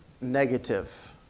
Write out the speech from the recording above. negative